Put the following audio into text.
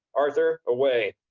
arthur away,